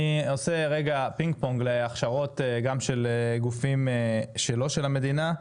אני עושה רגע פינג-פונג להכשרות גם של גופים שלא של המדינה.